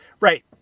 right